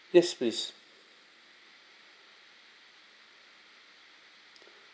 yes please